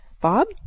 Bob